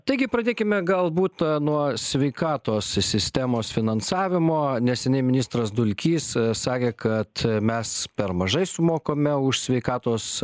taigi pradėkime galbūt nuo sveikatos sistemos finansavimo neseniai ministras dulkys sakė kad mes per mažai sumokame už sveikatos